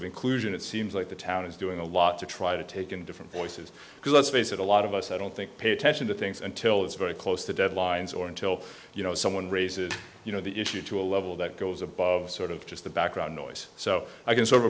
of inclusion it seems like the town is doing a lot to try to take in different voices because let's face it a lot of us i don't think pay attention to things until it's very close to deadlines or until you know someone raises you know the issue to a level that goes above sort of just the background noise so i can sort of